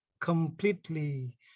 completely